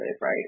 right